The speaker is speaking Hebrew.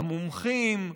המומחים,